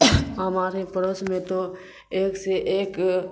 ہمارے پڑوس میں تو ایک سے ایک